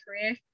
career